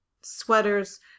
sweaters